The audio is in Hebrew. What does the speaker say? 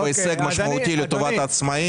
בצדק,